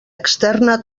externa